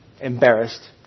embarrassed